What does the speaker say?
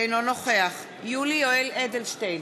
אינו נוכח יולי יואל אדלשטיין,